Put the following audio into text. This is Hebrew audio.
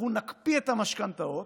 אנחנו נקפיא את המשכנתאות,